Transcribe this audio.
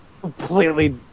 completely